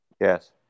Yes